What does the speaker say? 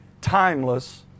timeless